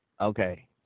Okay